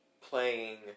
Playing